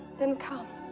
then come.